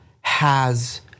has-